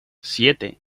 siete